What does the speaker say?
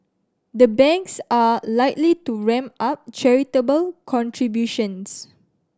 the banks are likely to ramp up charitable contributions